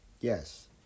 Yes